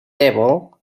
devil